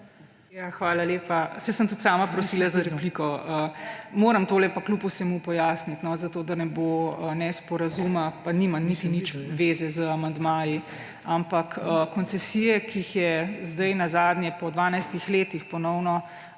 Hvala lepa. Saj sem tudi sama prosila za repliko. Moram to kljub vsemu pojasniti, zato da ne bo nesporazuma, pa nima niti nič zveze z amandmaji. Ampak koncesije, ki jih je zdaj na zadnje po 12 letih ponovno